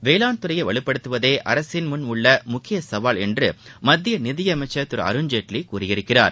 வேளாண்துறையை வலுப்படுத்துவதே அரசின் முன் உள்ள முக்கிய சவால் என்று மத்திய நிதியமைச்சர் திரு அருண்ஜேட்லி கூறியிருக்கிறார்